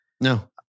No